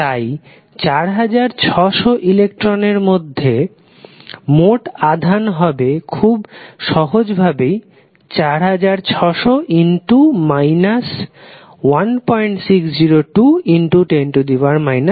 তাই 4600 ইলেকট্রনের জন্য মোট আধান হবে খুব শজ ভাবেই 4600 160210 19